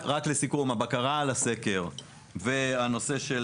לסיכום, לגבי הבקרה על הסקר והנושא של